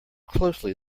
closely